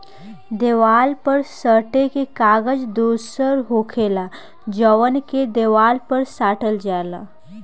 देवाल पर सटे के कागज दोसर होखेला जवन के देवाल पर साटल जाला